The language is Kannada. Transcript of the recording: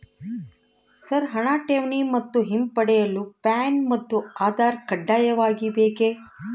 ಸರ್ ಹಣ ಠೇವಣಿ ಮತ್ತು ಹಿಂಪಡೆಯಲು ಪ್ಯಾನ್ ಮತ್ತು ಆಧಾರ್ ಕಡ್ಡಾಯವಾಗಿ ಬೇಕೆ?